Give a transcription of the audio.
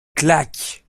claque